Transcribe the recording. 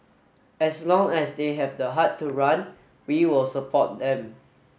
as long as they have the heart to run we will support them